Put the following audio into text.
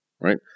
Right